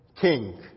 King